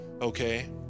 okay